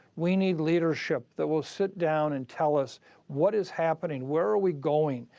we need leadership that will sit down and tell us what is happening, where are we going,